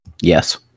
Yes